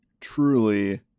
truly